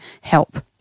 help